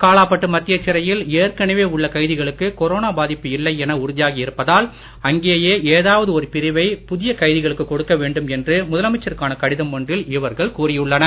காலாப்பட்டு மத்திய சிறையில் ஏற்கனவே உள்ள கைதிகளுக்கு கொரோனா பாதிப்பு இல்லை என உறுதியாகி இருப்பதால் அங்கேயே ஏதாவது ஒரு பிரிவை புதிய கைதிகளுக்கு கொடுக்க வேண்டும் என்று முதலமைச்சருக்கான கடிதம் ஒன்றில் இவர்கள் கூறியுள்ளனர்